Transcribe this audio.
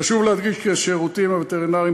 חשוב להדגיש כי השירותים הווטרינריים